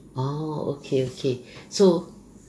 orh okay okay so